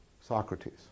Socrates